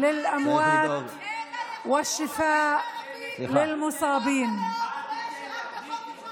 ( למשפחותינו בסוריה וטורקיה על הסבל הגדול.)